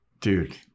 Dude